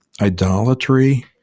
idolatry